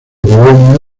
bolonia